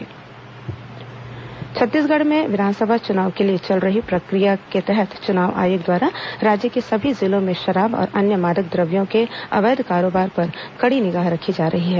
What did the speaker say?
निर्वाचन आयोग नगदी जब्त छत्तीसगढ़ में विधानसभा चुनाव के लिए चल रही प्रक्रिया के तहत चुनाव आयोग द्वारा राज्य के सभी जिलों में शराब और अन्य मादक द्रव्यों के अवैध करोबार पर कड़ी निगाह रखी जा रही है